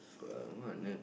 fun what the